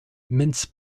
mince